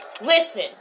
listen